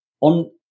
on